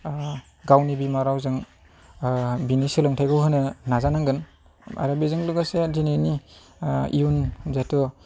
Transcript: गावनि बिमा रावजों बिनि सोलोंथाइखौ होनो नाजानांगोन आरो बेजों लोगोसे दिनैनि इयुननि जिहेथु